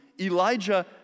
Elijah